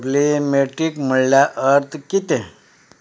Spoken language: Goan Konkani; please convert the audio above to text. प्रॉब्लॅमॅटीक म्हणल्यार अर्थ कितें